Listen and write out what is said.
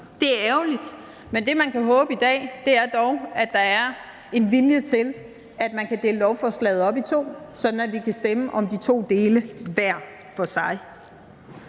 Det er ærgerligt, men det, man kan håbe i dag, er dog, at der er en vilje til, at man kan dele lovforslaget op i to, sådan at vi kan stemme om de to dele hver for sig.